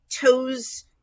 toes